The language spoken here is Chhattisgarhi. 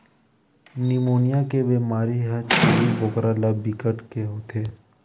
निमोनिया के बेमारी ह छेरी बोकरा ल बिकट के होथे